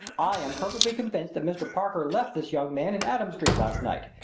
i am perfectly convinced that mr. parker left this young man in adam street last night,